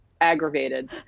aggravated